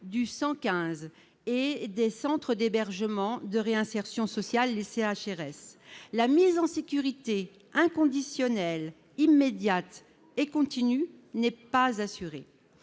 du 115 et des centres d'hébergement de réinsertion sociale, les CHRS. La mise en sécurité inconditionnelle, immédiate et continue n'est pas assurée.